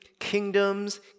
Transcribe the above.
kingdoms